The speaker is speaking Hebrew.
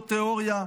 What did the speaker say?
לא תיאוריה,